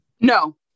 No